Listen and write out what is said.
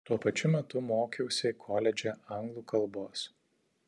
tuo pačiu metu mokiausi koledže anglų kalbos